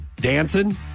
Dancing